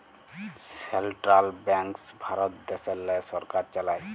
central banks Bharat দ্যাশেল্লে সরকার চালায়